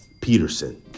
Peterson